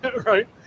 right